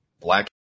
black